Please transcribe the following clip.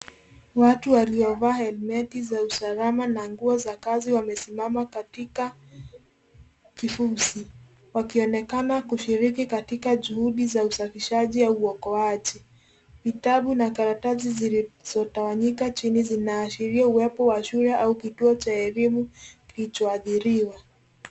Watu waliovaa helmeti za usalama na nguo za kazi wamesimama katika kifusi, wakionekana kushiriki katika juhudi za usafishaji au uokoaji. Vitabu na karatasi zilizotawanyika chini zinaashiria uwepo wa shule au kituo cha elimu kilichoathiriwa.